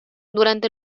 durante